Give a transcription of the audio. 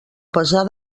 pesar